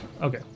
Okay